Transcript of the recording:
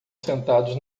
sentados